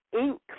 ink